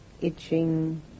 itching